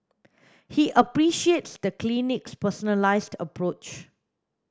he appreciates the clinic's personalised approach